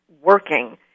working